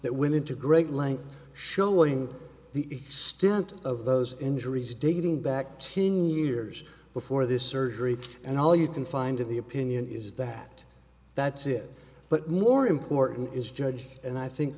that women to great lengths showing the extent of those injuries dating back ten years before this surgery and all you can find in the opinion is that that's it but more important is judge and i think